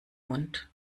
mund